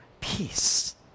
peace